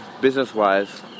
business-wise